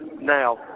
Now